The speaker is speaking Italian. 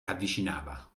avvicinava